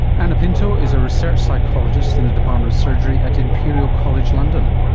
anna pinto is a research psychologist in the department of surgery at imperial college london.